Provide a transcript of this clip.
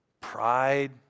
Pride